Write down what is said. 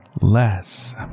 less